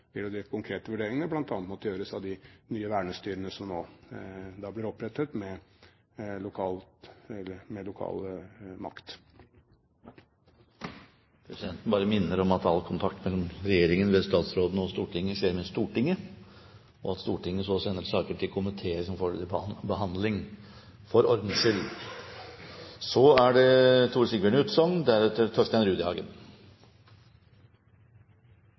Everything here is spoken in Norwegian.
og så vil de konkrete vurderingene bl.a. måtte gjøres av de nye vernestyrene som nå blir opprettet med lokal makt. For ordens skyld: Presidenten minner om at all kontakt mellom regjeringen, ved statsråden, og Stortinget skjer i Stortinget, og at Stortinget så sender saker til komiteene for behandling. Jeg vil tilbake til spørsmålet om rasting og telting. I lovproposisjonen omtales det